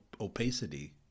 opacity